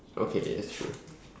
okay that's true